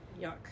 yuck